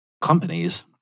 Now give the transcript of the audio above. companies